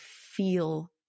feel